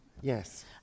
Yes